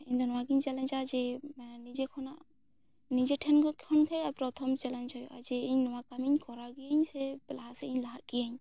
ᱤᱧᱫᱚ ᱱᱚᱣᱟ ᱜᱤᱧ ᱪᱮᱞᱮᱱᱡᱟ ᱡᱮ ᱱᱤᱡᱮ ᱠᱷᱚᱱᱟ ᱱᱤᱡᱮ ᱴᱷᱮᱱ ᱠᱷᱚᱱ ᱜᱮᱭ ᱯᱨᱚᱛᱷᱚᱢ ᱪᱮᱞᱮᱱᱡ ᱦᱩᱭᱩᱜᱼᱟ ᱡᱮ ᱤᱧ ᱱᱚᱣᱟ ᱠᱟᱹᱢᱤ ᱠᱚᱨᱟᱣ ᱜᱮᱧ ᱥᱮ ᱯᱞᱟᱥᱤᱧ ᱞᱟᱦᱟᱜᱤᱧ